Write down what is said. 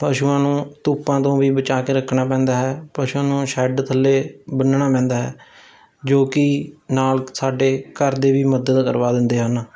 ਪਸ਼ੂਆਂ ਨੂੰ ਧੁੱਪਾਂ ਤੋਂ ਵੀ ਬਚਾਅ ਕੇ ਰੱਖਣਾ ਪੈਂਦਾ ਹੈ ਪਸ਼ੂਆਂ ਨੂੰ ਸ਼ੈੱਡ ਥੱਲੇ ਬੰਨ੍ਹਣਾ ਪੈਂਦਾ ਹੈ ਜੋ ਕਿ ਨਾਲ ਸਾਡੇ ਘਰ ਦੇ ਵੀ ਮਦਦ ਕਰਵਾ ਦਿੰਦੇ ਹਨ